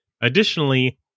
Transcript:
Additionally